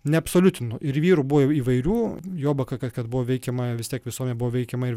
neabsoliutinu ir vyrų buvo įvairių juoba kad kad buvo veikiama vis tiek visuomenė buvo veikiama ir